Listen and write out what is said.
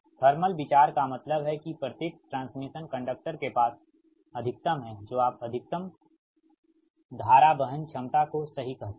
thermal विचार का मतलब है कि प्रत्येक ट्रांसमिशन कंडक्टर के पास अधिकतम है जो आप अधिकतम वर्तमान वहन क्षमता को सही कहते हैं